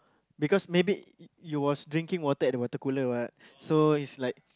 because maybe you was drinking water at the water cooler what so like